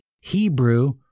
Hebrew